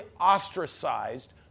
ostracized